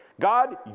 God